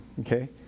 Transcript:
okay